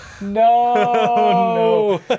No